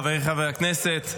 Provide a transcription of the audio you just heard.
חבריי חברי הכנסת,